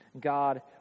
God